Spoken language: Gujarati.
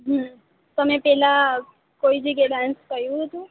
હમ તમે પેલા કોઈ જગ્યાએ ડાન્સ કર્યું હતું